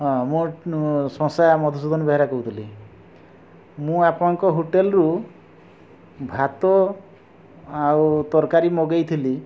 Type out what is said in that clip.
ହଁ ମୁଁ ସଂସେୟା ମଧୁସୂଦନ ବେହେରା କହୁଥିଲି ମୁଁ ଆପଣଙ୍କ ହୋଟେଲ୍ରୁ ଭାତ ଆଉ ତରକାରୀ ମଗାଇଥିଲି